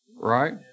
Right